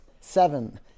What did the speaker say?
seven